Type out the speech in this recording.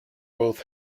both